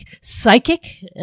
psychic